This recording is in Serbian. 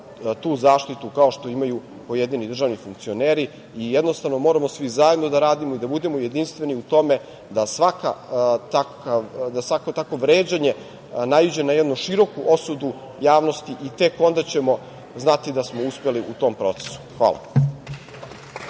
tu zaštitu kao što imaju pojedini državni funkcioneri. Jednostavno, moramo svi zajedno da radimo i da budemo jedinstveni u tome da svako takvo vređanje naiđe na jednu široku osudu javnosti i tek onda ćemo znati da smo uspeli u tom procesu. Hvala.